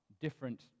different